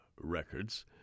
Records